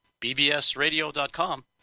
bbsradio.com